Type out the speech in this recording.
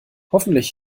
hoffentlich